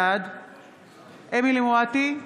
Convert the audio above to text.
בעד אמילי חיה מואטי,